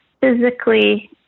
physically